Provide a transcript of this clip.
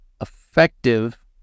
effective